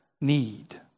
need